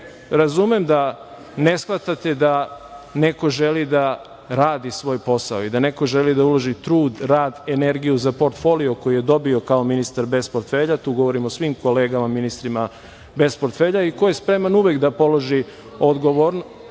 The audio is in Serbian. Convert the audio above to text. razumem da ne shvatate da neko želi da radi svoj posao i da neko želi da uloži trud, rad, energiju za portfolio koji je dobio kao ministar bez portfelja, tu govorim o svim kolegama ministrima bez portfelja i koji je spreman uvek da položi odgovornost,